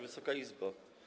Wysoka Izbo!